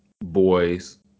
boys